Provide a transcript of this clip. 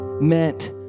meant